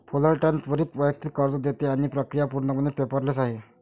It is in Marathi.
फुलरटन त्वरित वैयक्तिक कर्ज देते आणि प्रक्रिया पूर्णपणे पेपरलेस आहे